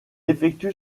effectue